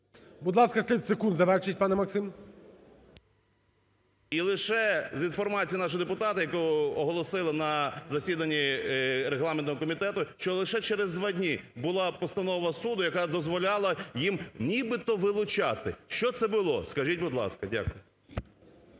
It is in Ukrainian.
Будь ласка, 30 секунд, завершіть, пане Максим. БУРБАК М.Ю. І лише, за інформацією нашого депутата, якого оголосили на засіданні регламентного комітету, що лише через два дні була постанова суду, яка дозволяла їм нібито вилучати. Що це було, скажіть, будь ласка? Дякую.